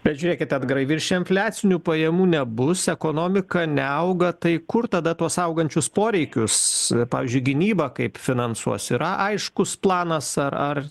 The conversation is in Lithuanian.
bet žiūrėkit edgarai virš infliacinių pajamų nebus ekonomika neauga tai kur tada tuos augančius poreikius pavyzdžiui gynybą kaip finansuos yra aiškus planas ar ar